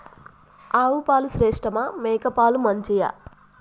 ఆవు పాలు శ్రేష్టమా మేక పాలు మంచియా?